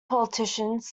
politicians